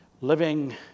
Living